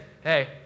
hey